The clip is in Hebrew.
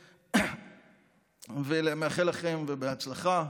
ומאחל לכם בהצלחה.